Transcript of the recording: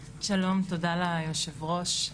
שלום, תודה ליושבת-ראש.